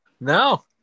No